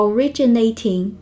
Originating